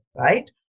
right